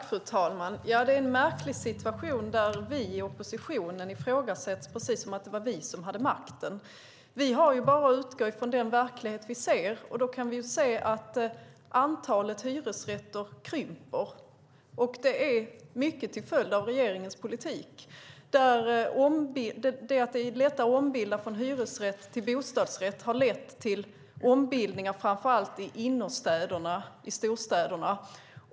Fru talman! Det är en märklig situation där vi i oppositionen ifrågasätts, precis som om det var vi som hade makten. Vi har bara att utgå från den verklighet vi ser. Vi kan se att antalet hyresrätter krymper, och det är mycket till följd av regeringens politik. Att det är lätt att ombilda från hyresrätt till bostadsrätt har lett till ombildningar framför allt i storstädernas innerstäder.